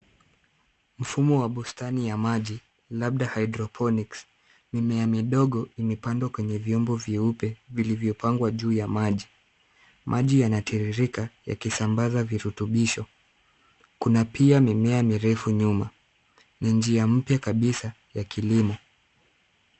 Mfumo wa bustani ya maji, labda hydroponics . Mimea midogo imepandwa kwenye vyombo vyeupe vilivyopangwa juu ya maji. Maji yanatiririka yakisambaza virutubisho. Kuna pia mimea mirefu nyuma. Ni njia mpya kabisa ya kilimo.